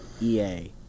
EA